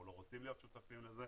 אנחנו לא רוצים להיות שותפים לזה',